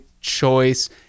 choice